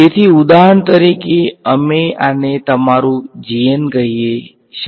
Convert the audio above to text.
તેથી ઉદાહરણ તરીકે અમે આને તમારું કહી શકીએ